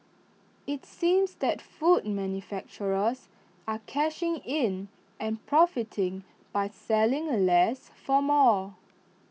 IT seems that food manufacturers are cashing in and profiting by selling less for more